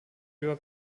über